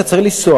אתה צריך לנסוע,